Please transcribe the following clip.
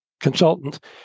consultant